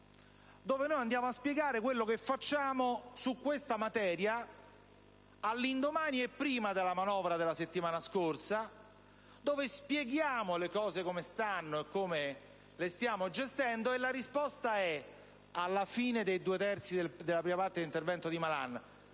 dove noi andiamo a spiegare quello che facciamo su questa materia, all'indomani o prima della manovra della settimana scorsa, dove spieghiamo le cose come stanno e come le stiamo gestendo. La risposta sarebbe, alla fine dei due terzi dell'intervento del